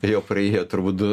jau praėjo turbūt du